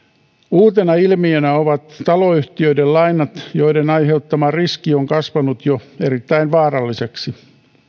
uutena ilmiönä ovat taloyhtiöiden lainat joiden aiheuttama riski on kasvanut jo erittäin vaaralliseksi